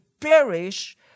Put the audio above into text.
perish